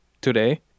today